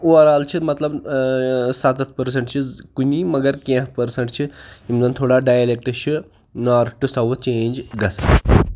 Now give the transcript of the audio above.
overall چھِ مطلب ٲں سَتَتھ پٔرسَنٛٹ چھِ کُنی مگر کیٚنٛہہ پٔرسَنٛٹ چھِ یِم زَن تھوڑا ڈایلیٚکٹہٕ چھِ نارٕتھ ٹُو ساوُتھ چینٛج گَژھان